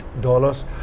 dollars